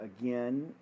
again